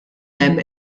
hemm